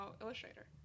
illustrator